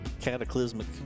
cataclysmic